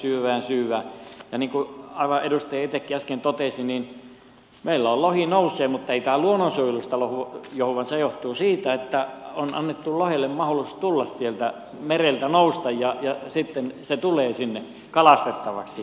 ja niin kuin edustaja itsekin äsken totesi meillä lohi nousee mutta ei tämä luonnonsuojelusta johdu vaan se johtuu siitä että on annettu lohelle mahdollisuus tulla sieltä mereltä nousta ja sitten se tulee sinne kalastettavaksi